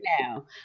now